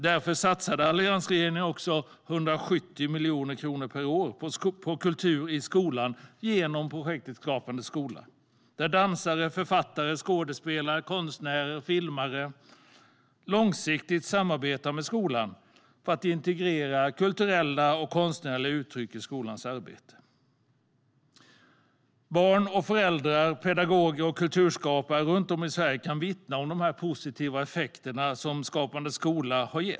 Därför satsade alliansregeringen 170 miljoner kronor per år på kultur i skolan genom projektet Skapande skola. Här samarbetar dansare, författare, skådespelare, konstnärer och filmare långsiktigt med skolan för att integrera kulturella och konstnärliga uttryck i skolans arbete. Barn, föräldrar, pedagoger och kulturskapare runt om i Sverige kan vittna om de positiva effekterna av Skapande skola.